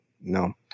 no